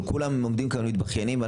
אבל כולם עומדים כאן ומתבכיינים,